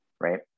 right